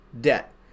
debt